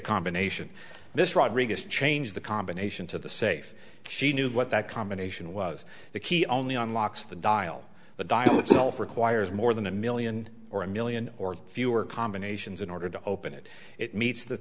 combination this rodriguez change the combination to the safe she knew what that combination was the key only unlocks the dial the dial itself requires more than a million or a million or fewer combinations in order to open it it meets the